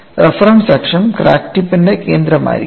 reference അക്ഷം crack ടിപ്പിന്റെ കേന്ദ്രമായിരിക്കും